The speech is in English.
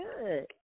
good